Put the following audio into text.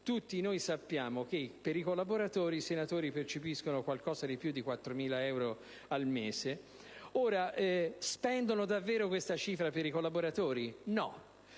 Tutti noi sappiamo che, per i collaboratori, i senatori percepiscono un po' più di 4.000 euro al mese. Spendono davvero questa cifra per i collaboratori? No.